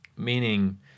Meaning